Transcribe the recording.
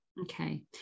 Okay